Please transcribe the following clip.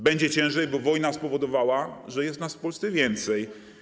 Będzie ciężej, bo wojna spowodowała, że jest nas w Polsce więcej.